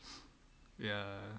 ya